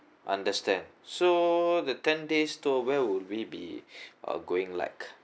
understand so the ten days tour where would we be uh going like